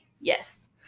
Yes